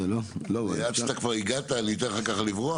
עד שהגעת ניתן לך ככה לברוח?